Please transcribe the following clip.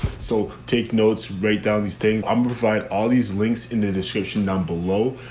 so take notes, write down these things. i'm providing all these links in the description down below.